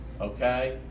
okay